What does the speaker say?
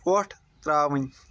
وۄٹھ ترٛاوٕنۍ